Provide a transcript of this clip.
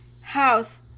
house